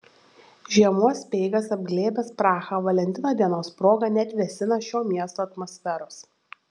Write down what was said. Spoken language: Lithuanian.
žiemos speigas apglėbęs prahą valentino dienos proga neatvėsina šio miesto atmosferos